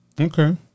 Okay